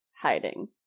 hiding